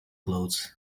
clothes